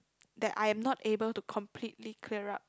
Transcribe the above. that I am not able to completely clear up